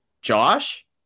Josh